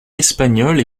espagnole